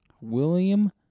William